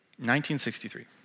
1963